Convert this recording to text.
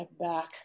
back